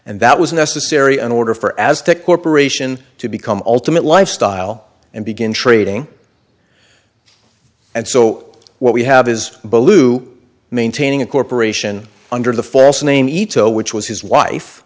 and that was necessary in order for as to corporation to become ultimate lifestyle and begin trading and so what we have is blue maintaining a corporation under the false name itto which was his wife